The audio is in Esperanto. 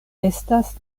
estas